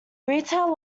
retail